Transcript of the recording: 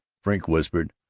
frink whispered,